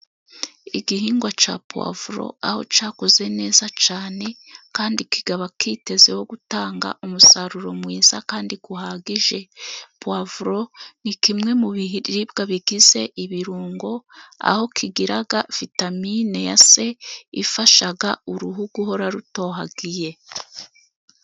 Igihingwa cya puwavuro aho cyakuze neza cyane, kandi kikaba kitezweho gutanga umusaruro mwiza kandi uhagije. Puwavuro ni kimwe mu biribwa bigize ibirungo, aho kigira vitamine ya c ifasha uruhu guhora rutohagiye.